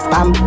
Bam